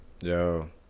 Yo